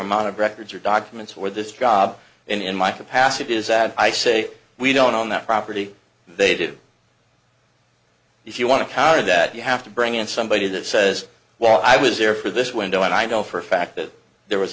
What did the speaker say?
amount of records or documents or this job in my capacity is that i say we don't own that property they did if you want to counter that you have to bring in somebody that says well i was there for this window and i know for a fact that there was